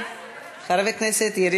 חברי הכנסת חמד עמאר